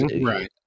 right